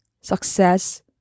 success